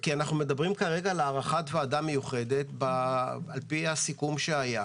כי אנחנו מדברים כרגע על הארכת ועדה מיוחדת על-פי הסיכום שהיה